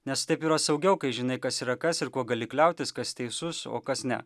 nes taip yra saugiau kai žinai kas yra kas ir kuo gali kliautis kas teisus o kas ne